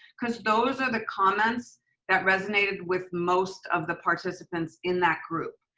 cause those are the comments that resonated with most of the participants in that group.